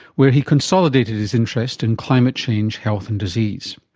where he consolidated his interest in climate change, health and disease.